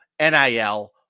NIL